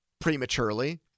prematurely